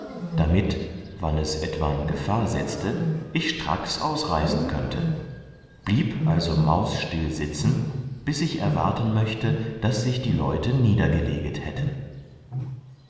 damit wann es etwan gefahr setzte ich stracks ausreißen könnte blieb also mausstill sitzen bis ich erwarten möchte daß sich die leute niedergeleget hätten